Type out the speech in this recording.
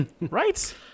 Right